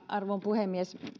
arvon puhemies